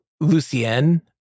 Lucienne